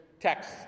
text